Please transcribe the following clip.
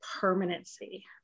permanency